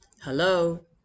Hello